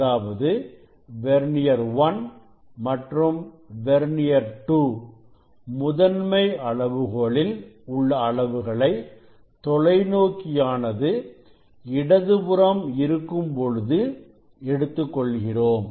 அதாவது வெர்னியர் 1 மற்றும் வெர்னியர்2 முதன்மை அளவுகோலில் உள்ள அளவுகளை தொலைநோக்கி ஆனது இடதுபுறம் இருக்கும்பொழுது எடுத்துக் கொள்கிறோம்